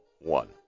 One